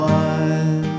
one